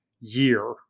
year